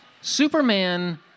Superman